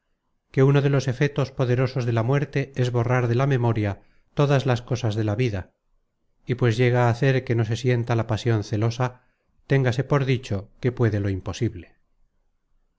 que uno de los efetos poderosos de la muerte es borrar de la memoria todas las cosas content from google book search generated at ou de la vida y pues llega á hacer que no se sienta la pasion celosa téngase por dicho que puede lo imposible